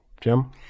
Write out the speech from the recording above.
Jim